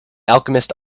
alchemist